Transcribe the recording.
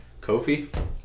Kofi